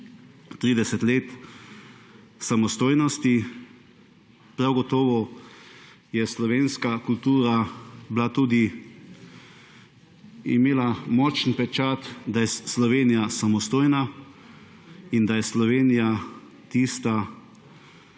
30 let samostojnosti. Prav gotovo je slovenska kultura imela močen pečat, da je Slovenija samostojna in da je Slovenija tista,